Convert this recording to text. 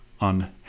on